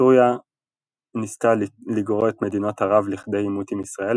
סוריה ניסתה לגרור את מדינות ערב לכדי עימות עם ישראל,